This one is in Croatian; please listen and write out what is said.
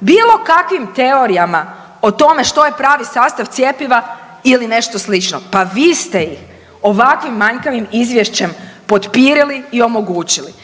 bilo kakvim teorijama o tome što je pravi sastav cjepiva ili nešto slično. Pa vi ste ovakvim manjkavim izvješćem potpirili i omogućili.